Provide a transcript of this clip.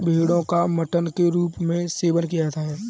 भेड़ो का मटन के रूप में सेवन किया जाता है